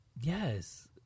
yes